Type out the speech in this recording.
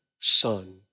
son